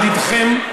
ידידכם,